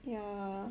yeah